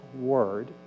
Word